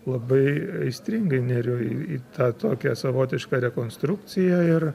labai aistringai neriu į į tą tokią savotišką rekonstrukciją ir